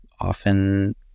often